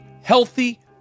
healthy